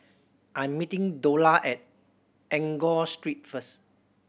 I'm meeting Dola at Enggor Street first